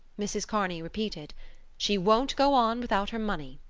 mrs. kearney repeated she won't go on without her money.